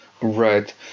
Right